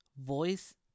voice